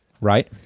Right